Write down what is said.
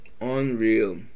unreal